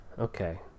Okay